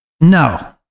No